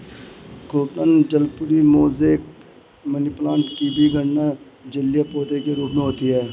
croton जलपरी, mosaic, money plant की भी गणना जलीय पौधे के रूप में होती है